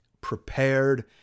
prepared